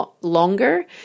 longer